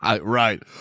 right